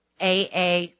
AA